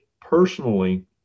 personally